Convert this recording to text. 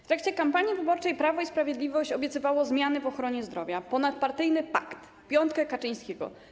W trakcie kampanii wyborczej Prawo i Sprawiedliwość obiecywało zmiany w ochronie zdrowia, ponadpartyjny pakt, piątkę Kaczyńskiego.